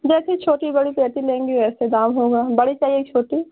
जैसी छोटी बड़ी चौकी लेंगे वैसे दाम होगा बड़ी चाहे छोटी